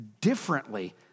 differently